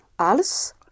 Alles